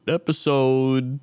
episode